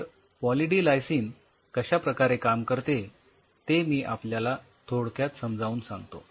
तर poly D lysine कश्या प्रकारे काम करते ते मी आपल्याला थोडक्यात समजावून सांगतो